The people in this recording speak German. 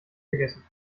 vergessen